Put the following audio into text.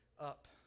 up